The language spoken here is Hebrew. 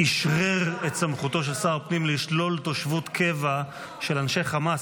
-- שאשרר את סמכותו של שר הפנים לשלול תושבות קבע של אנשי חמאס,